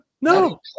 No